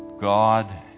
God